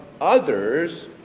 others